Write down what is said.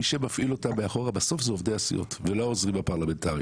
מי שמפעיל אותם מאחורה בסוף אלה עובדי הסיעות ולא העוזרים הפרלמנטריים.